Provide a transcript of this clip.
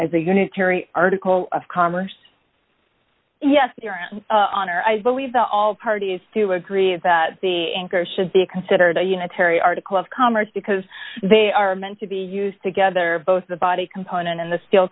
as a unitary article of commerce yes honor i believe that all parties to agree that the anchor should be considered a unitary article of commerce because they are meant to be used together both the body component and the skill